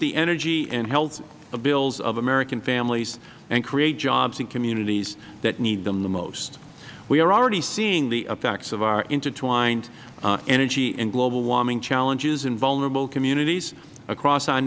the energy and health bills of american families and create jobs in communities that need them the most we are already seeing the effects of our intertwined energy and global warming challenges in vulnerable communities across o